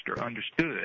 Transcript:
understood